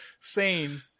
sane